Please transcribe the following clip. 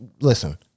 listen